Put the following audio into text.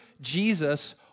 Jesus